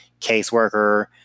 caseworker